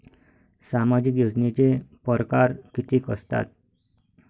सामाजिक योजनेचे परकार कितीक असतात?